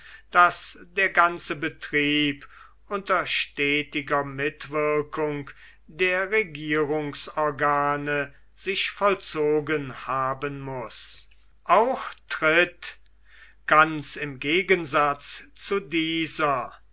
daß der ganze betrieb unter stetiger mitwirkung der regierungsorgane sich vollzogen haben muß auch tritt ganz im gegensatz zu dieser